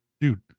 Dude